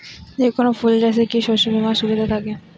যেকোন ফুল চাষে কি শস্য বিমার সুবিধা থাকে?